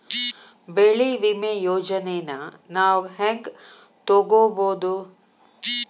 ಬೆಳಿ ವಿಮೆ ಯೋಜನೆನ ನಾವ್ ಹೆಂಗ್ ತೊಗೊಬೋದ್?